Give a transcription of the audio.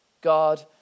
God